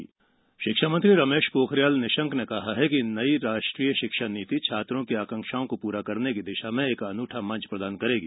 शिक्षा नीति शिक्षा मंत्री रमेश पोखरियाल निशंक ने कहा है कि नई राष्ट्रीय शिक्षा नीति छात्रों की आकांक्षाओं को पूरा करने की दिशा में एक अनूठा मंच प्रदान करेगी